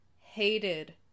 hated